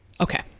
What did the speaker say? Okay